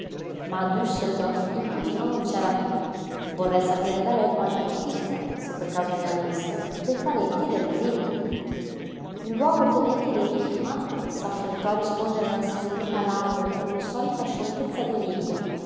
a dsseldorf il cugino non c'era piú vorrei sapere da lei qualche notizia se per caso ne avesse dei parenti del marito il luogotenente de wichmann s'affrettò a rispondere la signorina lander con insolita scioltezza di lingua